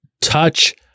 touch